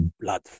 blood